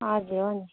हजुर हो नि